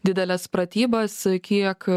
dideles pratybas kiek